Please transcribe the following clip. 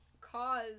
cause